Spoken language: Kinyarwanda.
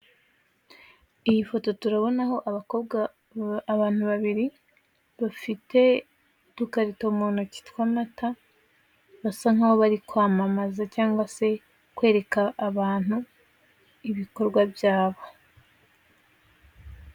Iyi foto turabonaho abakobwa abantu babiri bafite udukarito mu ntoki tw'amata basa nkaho bari kwamamaza cyangwa se kwereka abantu ibikorwa byabo.